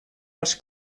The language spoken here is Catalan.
als